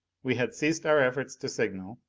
we had ceased our efforts to signal,